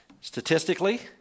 Statistically